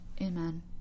Amen